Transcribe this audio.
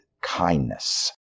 kindness